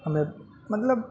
ہمیں مطلب